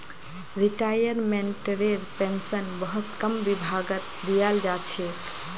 रिटायर्मेन्टटेर pension बहुत कम विभागत दियाल जा छेक